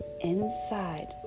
inside